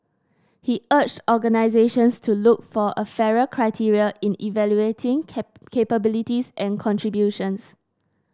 he urged organisations to look for a fairer criteria in evaluating capabilities and contributions